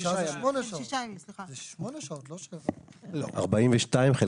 (8.4 או 7 שעות),